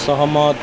ସହମତ